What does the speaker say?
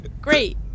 Great